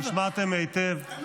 נשמעתם היטב.